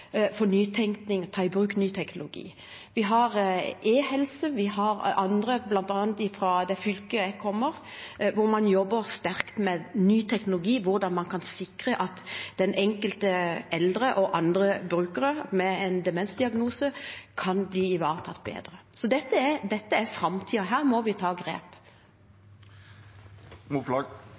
bruk ny teknologi. Vi har e-helse, og vi har annet, bl.a. i det fylket jeg kommer fra, hvor man jobber sterkt med ny teknologi og hvordan man kan sikre at den enkelte eldre og andre med en demensdiagnose kan bli ivaretatt bedre. Så dette er framtiden. Her må vi ta grep.